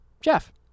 Jeff